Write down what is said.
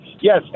yes